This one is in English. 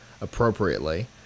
appropriately